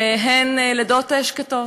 שהן לידות שקטות.